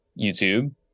youtube